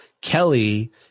Kelly